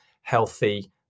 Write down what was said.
healthy